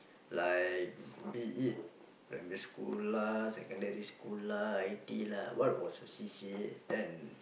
like be it primary school lah secondary school lah I T lah what was your C_C_A